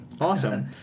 Awesome